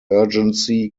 urgency